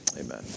Amen